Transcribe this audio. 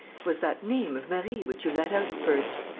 was that name of marie which you let out at first.